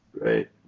Right